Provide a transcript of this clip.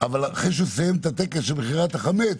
אבל אחרי שהוא סיים את הטקס של מכירת החמץ,